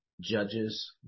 judges